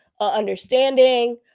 understanding